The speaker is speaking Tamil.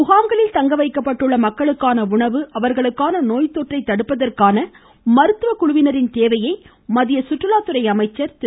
முகாம்களில் தங்கவைக்கப்பட்டுள்ள மக்களுக்கான உணவு அவர்களுக்கு நோய்தொற்றை தடுப்பதற்கான மருத்துவக்குழுவினின் தேவையை மத்திய சுற்றுலாத்துறை அமைச்சர் திரு